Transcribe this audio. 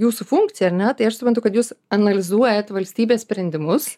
jūsų funkcija ar ne tai aš suprantu kad jūs analizuojat valstybės sprendimus